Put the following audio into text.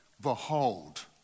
Behold